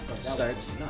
starts